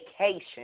vacation